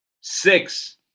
Six